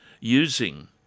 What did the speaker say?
using